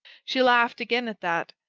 she laughed again at that,